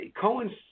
Cohen's